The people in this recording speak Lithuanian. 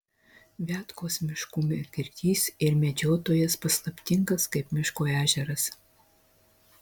viatkos miškų medkirtys ir medžiotojas paslaptingas kaip miško ežeras